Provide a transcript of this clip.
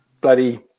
bloody